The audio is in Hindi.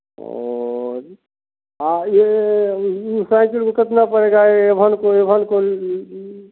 तो हाँ ये ऊ साइकिल ऊ कितना पड़ेगा एवन को एवन को ल